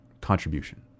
contribution